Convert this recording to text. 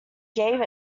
gave